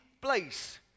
place